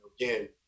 Again